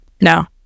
no